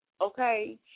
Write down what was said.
Okay